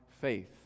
faith